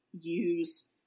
use